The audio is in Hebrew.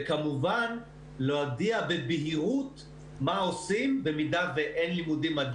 וכמובן להודיע בבהירות מה עושים במידה ואין לימודים עד